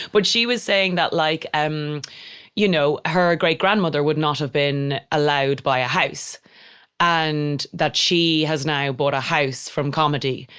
but she was saying that like, um you know, her great grandmother would not have been allowed to buy a house and that she has now bought a house from comedy.